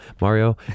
Mario